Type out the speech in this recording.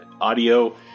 audio